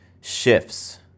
shifts